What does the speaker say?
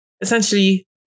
essentially